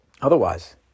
Otherwise